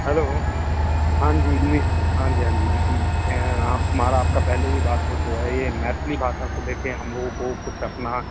hello हाँ जी मि हाँ जी हाँ जी हमारा आपका पहले भी बात हो चुका है ये मैथिली भाषा को लेकर हम लोगों को कुछ अपना